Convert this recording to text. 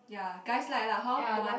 ya guys like lah hor dua